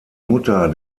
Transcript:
mutter